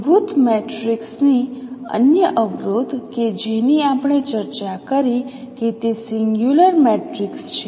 મૂળભૂત મેટ્રિક્સની અન્ય અવરોધ કે જેની આપણે ચર્ચા કરી કે તે સિંગલ્યુલર મેટ્રિક્સ છે